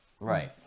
Right